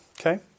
Okay